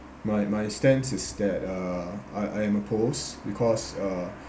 my my stance is that uh I um oppose because uh